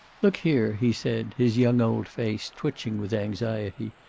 look here, he said, his young-old face twitching with anxiety.